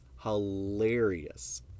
hilarious